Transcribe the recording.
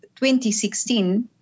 2016